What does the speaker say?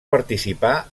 participar